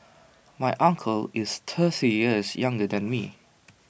my uncle is years younger than me